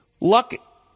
Luck